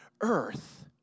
earth